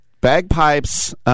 Bagpipes